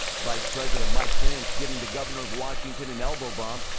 vice president like pence giving the governor of washington and elbow bump,